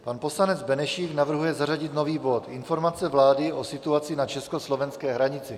Pan poslanec Benešík navrhuje zařadit nový bod Informace vlády o situaci na československé hranici.